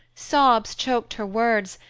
sobs choked her words,